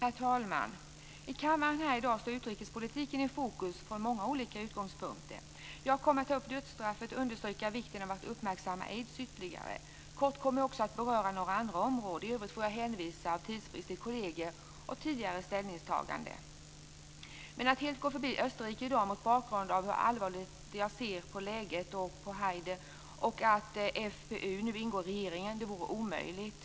Herr talman! I dag här i kammaren står utrikespolitiken i fokus från många olika utgångspunkter. Jag kommer att ta upp dödsstraffet och understryka vikten av att aids ytterligare uppmärksammas. Kort kommer jag också att beröra några andra områden. I övrigt får jag av tidsbrist hänvisa till kolleger och till tidigare ställningstagande. Men att i dag helt gå förbi Österrike mot bakgrund av hur allvarligt jag ser på läget och på Haider liksom på att FPÖ nu ingår i regeringen vore en omöjlighet.